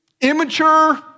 immature